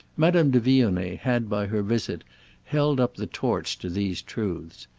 madame de vionnet had by her visit held up the torch to these truths,